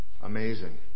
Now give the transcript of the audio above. amazing